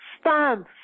Stand